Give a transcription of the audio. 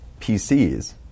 PCs